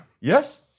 Yes